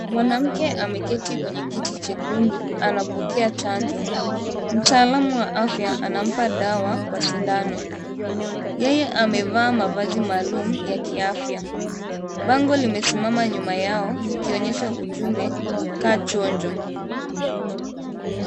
Mwanamke ameketi kwenye kiti chekundu, anapokea chanjo. Mtaalamu wa afya anampa dawa kwa sindano. Yeye amevaa mavazi maalum ya kiafya. Bango limesimama nyuma yao likionyesha nyesha ujumbe kaa chonjo.